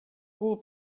kuu